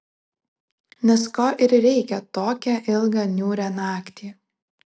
nes ko ir reikia tokią ilgą niūrią naktį